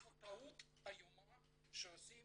יש טעות איומה שעושים